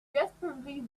desperately